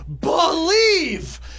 believe